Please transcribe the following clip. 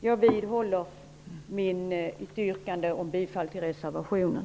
Jag vidhåller mitt yrkande om bifall till reservationen.